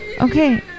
Okay